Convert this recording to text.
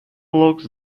locks